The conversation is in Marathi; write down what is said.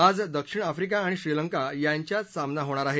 आज दक्षिण आफ्रिका आणि श्रीलंका यांच्यात सामना होणार आहे